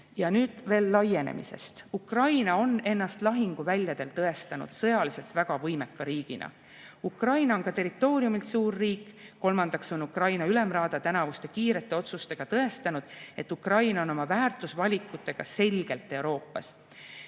Nüüd veel laienemisest. Ukraina on ennast lahinguväljadel tõestanud sõjaliselt väga võimeka riigina. Ukraina on ka territooriumilt suur riik. Kolmandaks on Ukraina ülemraada tänavuste kiirete otsustega tõestanud, et Ukraina on oma väärtusvalikutega selgelt Euroopas.